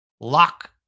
Lock